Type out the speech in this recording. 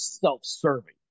self-serving